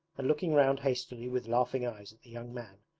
and looking round hastily with laughing eyes at the young man,